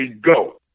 go